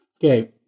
Okay